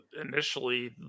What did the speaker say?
initially